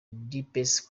deepest